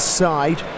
side